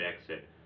exit